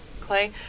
Clay